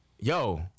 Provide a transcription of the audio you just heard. yo